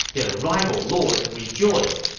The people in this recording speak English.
their rival lord rejoiced,